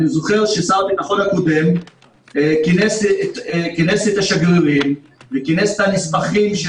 אני זוכר ששר הביטחון הקודם כינס את השגרירים וכינס את הנספחים של